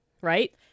right